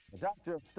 Doctor